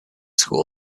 school